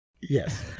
Yes